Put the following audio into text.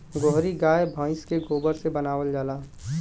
गोहरी गाय भइस के गोबर से बनावल जाला